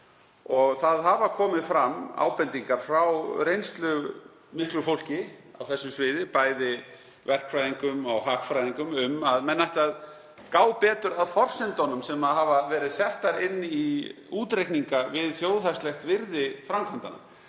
Það hafa komið fram ábendingar frá reynslumiklu fólki á þessu sviði, bæði verkfræðingum og hagfræðingum, um að menn ættu að gá betur að forsendunum sem hafa verið settar inn í útreikninga við þjóðhagslegt virði framkvæmdanna.